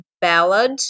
ballad